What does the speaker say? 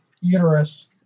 uterus